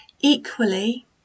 Equally